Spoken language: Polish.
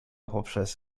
poprzez